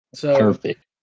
Perfect